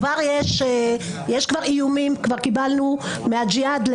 כבר יש איומים לירי מהג'יהאד.